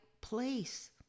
place